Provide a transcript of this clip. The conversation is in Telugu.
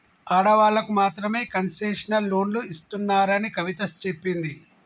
ఆడవాళ్ళకు మాత్రమే కన్సెషనల్ లోన్లు ఇస్తున్నారని కవిత చెప్పింది